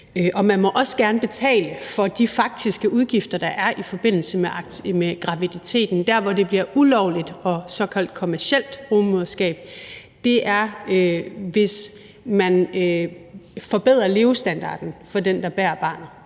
og man må også gerne betale for de faktiske udgifter, der er i forbindelse med graviditeten. Der, hvor det bliver ulovligt og et såkaldt kommercielt rugemoderskab, er, hvis man forbedrer levestandarden for den, der bærer barnet,